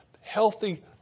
healthy